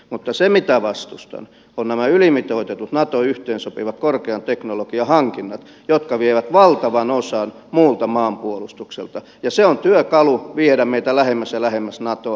mutta se mitä vastustan ovat nämä ylimitoitetut nato yhteensopivat korkean teknologian hankinnat jotka vievät valtavan osan muulta maanpuolustukselta ja se on työkalu viedä meitä lähemmäs ja lähemmäs natoa